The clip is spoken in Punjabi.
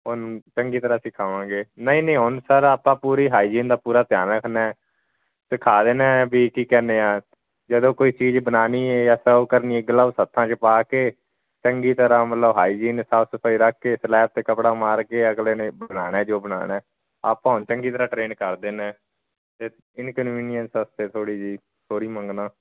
ਉਹਨੂੰ ਚੰਗੀ ਤਰ੍ਹਾਂ ਸਿਖਾਵਾਂਗੇ ਨਹੀਂ ਨਹੀਂ ਹੁਣ ਸਰ ਆਪਾਂ ਪੂਰੀ ਹਾਈਜੀਨ ਦਾ ਪੂਰਾ ਧਿਆਨ ਰੱਖਣਾ ਸਿਖਾ ਦੇਣਾ ਵੀ ਕੀ ਕਹਿੰਦੇ ਹਾਂ ਜਦੋਂ ਕੋਈ ਚੀਜ਼ ਬਣਾਉਣੀ ਜਾਂ ਸਰਵ ਕਰਨੀ ਗਲਬਸ ਹੱਥਾਂ 'ਚ ਪਾ ਕੇ ਚੰਗੀ ਤਰ੍ਹਾਂ ਮਤਲਬ ਹਾਈਜੀਨ ਸਾਫ ਸਫਾਈ ਰੱਖ ਕੇ ਸਲੈਪ 'ਤੇ ਕੱਪੜਾ ਮਾਰ ਕੇ ਅਗਲੇ ਨੇ ਬਣਾਉਣਾ ਜੋ ਬਣਾਉਣਾ ਆਪਾਂ ਹੁਣ ਚੰਗੀ ਤਰ੍ਹਾਂ ਟ੍ਰੇਨਡ ਕਰ ਦੇਣਾ ਹੈ ਅਤੇ ਇਨਕਨਵੀਨੀਅੰਸ ਵਾਸਤੇ ਥੋੜ੍ਹੀ ਜਿਹੀ ਸੋਰੀ ਮੰਗਦਾ